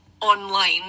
online